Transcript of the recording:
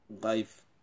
life